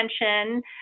attention